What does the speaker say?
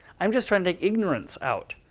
i'm just trying to take ignorance out.